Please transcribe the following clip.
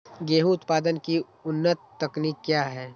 गेंहू उत्पादन की उन्नत तकनीक क्या है?